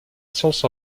science